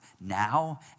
now